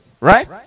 right